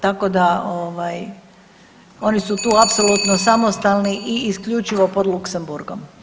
Tako da ovaj, oni su tu apsolutno samostalni i isključivo pod Luksemburgom.